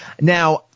Now